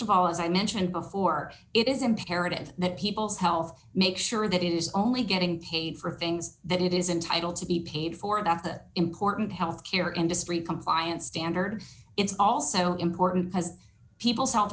of all as i mentioned before it is imperative that people's health make sure that it is only getting paid for things that it is entitled to be paid for about the important health care industry compliance standards it's also important because people's health